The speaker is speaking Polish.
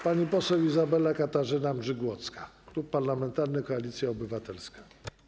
Pani poseł Izabela Katarzyna Mrzygłocka, Klub Parlamentarny Koalicja Obywatelska.